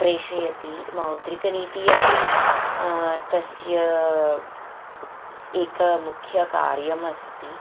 प्रेषयति मौद्रिकनीति अपि तस्य एकं मुख्यं कार्यमस्ति